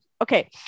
Okay